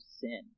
sin